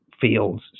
fields